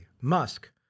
Musk